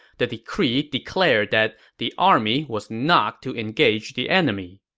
the decree declared that the army was not to engage the enemy.